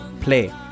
Play